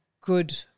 good